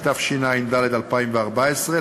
התשע"ד 2014,